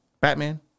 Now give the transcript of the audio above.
Batman